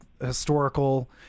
historical